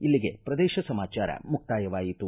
ಇಲ್ಲಿಗೆ ಪ್ರದೇಶ ಸಮಾಚಾರ ಮುಕ್ತಾಯವಾಯಿತು